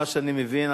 מה שאני מבין,